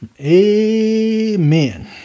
Amen